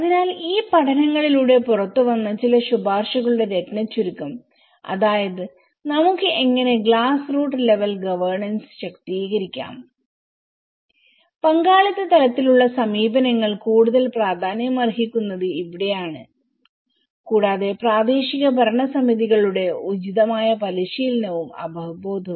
അതിനാൽ ഈ പഠനങ്ങളിലൂടെ പുറത്തുവന്ന ചില ശുപാർശകളുടെ രത്നച്ചുരുക്കം അതായത് നമുക്ക് എങ്ങനെ ഗ്ലാസ് റൂട്ട് ലെവൽ ഗവേണൻസ് ശാക്തീകരിക്കാംപങ്കാളിത്ത തലത്തിലുള്ള സമീപനങ്ങൾ കൂടുതൽ പ്രാധാന്യമർഹിക്കുന്നത് ഇവിടെയാണ്കൂടാതെ പ്രാദേശിക ഭരണസമിതികളുടെ ഉചിതമായ പരിശീലനവും അവബോധവും